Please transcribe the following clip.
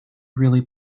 really